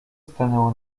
stanęło